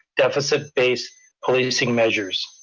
deficit-base policing measures.